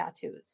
tattoos